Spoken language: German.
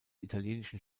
italienischen